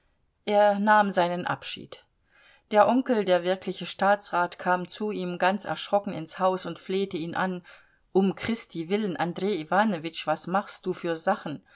er nahm seinen abschied der onkel der wirkliche staatsrat kam zu ihm ganz erschrocken ins haus und flehte ihn an um christi willen andrej iwanowitsch was machst du für sachen